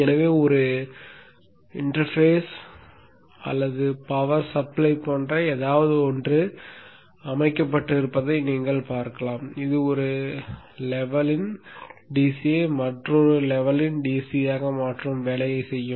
எனவே ஒரு power interface அல்லது பவர் சப்ளை போன்ற ஏதாவது ஒன்று அமைக்கப்பட்டிருப்பதை நீங்கள் பார்க்கலாம் இது ஒரு லெவலின் டிசியை மற்றொரு லெவலின் டிசியாக மாற்றும் வேலையைச் செய்யும்